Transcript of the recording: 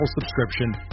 subscription